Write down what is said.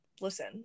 Listen